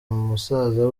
musaza